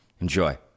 Enjoy